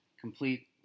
complete